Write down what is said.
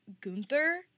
Gunther